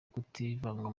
kutivanga